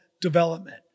development